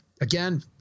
Again